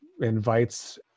invites